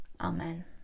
amen